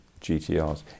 GTRs